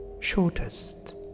Shortest